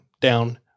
down